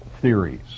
theories